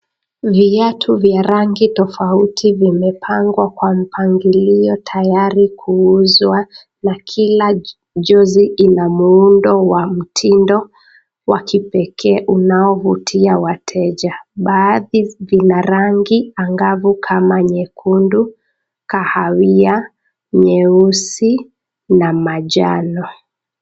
Viatu vya rangi tofauti vimepangwa kwa mpangilio tayari kuuzwa na kila juzi ina muundo wa mtindo wa kipekee unaovutia wateja. Baadhi zina rangi angavu kama nyekundu, kahawia, nyeusi na manjano.